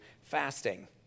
fasting